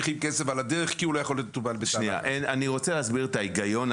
כי הגורמים הפרטיים רוצים להפעיל מכשירים.